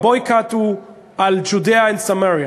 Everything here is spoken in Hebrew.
ה-boycott הוא על Judea and Samaria.